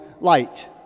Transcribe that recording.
light